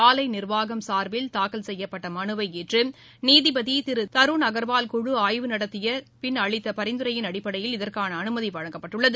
ஆலை நீர்வாகம் சார்பில் தாக்கல் செய்யப்பட்ட மனுவை ஏற்று நீதிபதி திரு தருண்அகர்வாவா குழு ஆய்வு நடத்திய பின் அளித்த பரிந்துரையின் அடிப்படையில் இதற்கான அனுமதி வழங்கப்பட்டுள்ளது